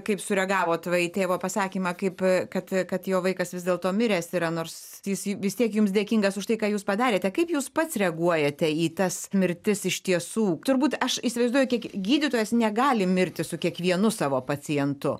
kaip sureagavot va į tėvo pasakymą kaip kad kad jo vaikas vis dėlto miręs yra nors jis vis tiek jums dėkingas už tai ką jūs padarėte kaip jūs pats reaguojate į tas mirtis iš tiesų turbūt aš įsivaizduoju kiek gydytojas negali mirti su kiekvienu savo pacientu